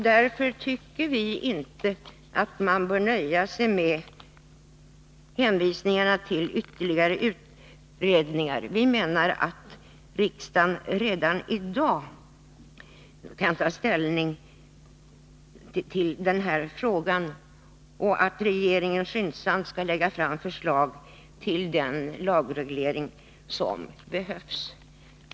Därför tycker vi inte att man bör nöja sig med att hänvisa till ytterligare utredningar. Vi menar att riksdagen redan i dag kan ta ställning till den här frågan och att regeringen skyndsamt skall lägga fram förslag till den lagreglering som behövs.